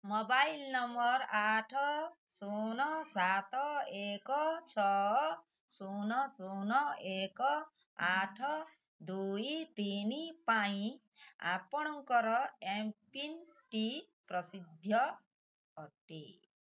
mobile ନମ୍ବର ଆଠ ଶୂନ ସାତ ଏକ ଛଅ ଶୂନ ଶୂନ ଏକ ଆଠ ଦୁଇ ତିନି ପାଇଁ ଆପଣଙ୍କର ଏମ୍ପିନ୍ଟି ପ୍ରସିଦ୍ଧ ଅଟେ